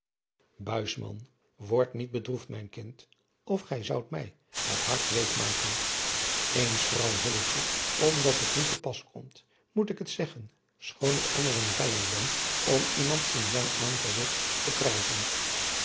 wordt niet bedroefd mijn kind of gij zoudt mij het hart week maken eens vooral hilletje omdat het nu te pas komt moet ik het zeggen schoon ik anders een vijand ben om iemand in zijn aangezigt te prijzen